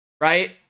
right